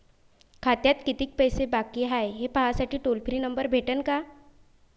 खात्यात कितीकं पैसे बाकी हाय, हे पाहासाठी टोल फ्री नंबर भेटन का?